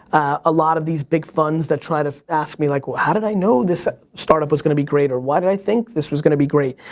a lot of these big funds that try to ask me like, well how did i know this startup was going to be great or why did i think this was going to be great,